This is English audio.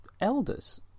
elders